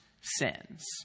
sins